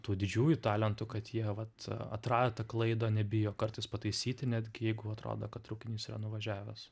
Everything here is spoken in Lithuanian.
tų didžiųjų talentų kad jie vat atrado tą klaidą nebijo kartais pataisyti netgi jeigu atrodo kad traukinys yra nuvažiavęs